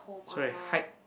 sorry hike